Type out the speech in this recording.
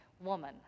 woman